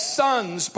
sons